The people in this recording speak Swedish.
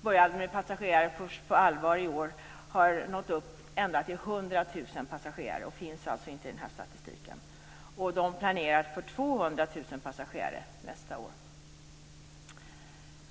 började med passagerartrafik på allvar först i år, har haft 100 000 passagerare, men finns alltså inte med i statistiken. Inför nästa år räknar man med 200 000 passagerare.